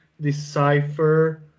decipher